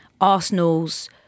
Arsenal's